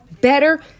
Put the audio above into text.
better